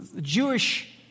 Jewish